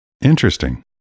Interesting